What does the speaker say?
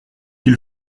sont